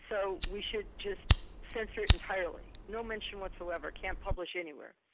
so we should just censor it entirely, no mention, whatsoever, can't publish anywhere.